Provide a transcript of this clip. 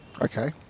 Okay